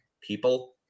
people